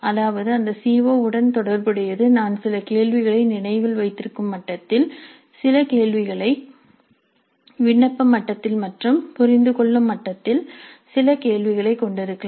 அதாவது அந்த C O உடன் தொடர்புடையது நான் சில கேள்விகளை நினைவில் வைத்திருக்கும் மட்டத்தில் சில கேள்விகளை விண்ணப்ப மட்டத்தில் மற்றும் புரிந்துகொள்ளும் மட்டத்தில் சில கேள்விகளைக் கொண்டிருக்கலாம்